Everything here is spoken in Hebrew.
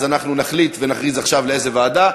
אנחנו נחליט ונכריז עכשיו לאיזו ועדה.